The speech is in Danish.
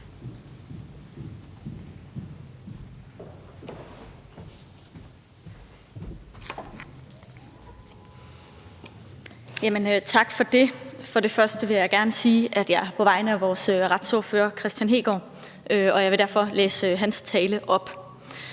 Tak for det. Først vil jeg gerne sige, at jeg er her på vegne af vores retsordfører, Kristian Hegaard, og jeg vil derfor læse hans tale op.